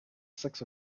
six